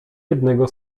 jednego